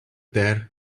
there